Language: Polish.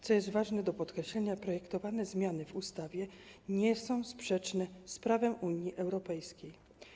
Co jest ważne do podkreślenia, projektowane zmiany w ustawie nie są sprzeczne z prawem Unii Europejskiej.